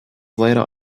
later